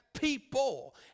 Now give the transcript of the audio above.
People